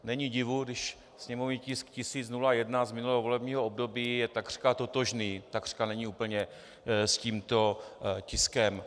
Není divu, když sněmovní tisk 1001 z minulého volebního období je takřka totožný takřka, není úplně s tímto tiskem.